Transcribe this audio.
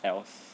else